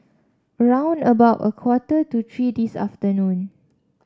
round about a quarter to three this afternoon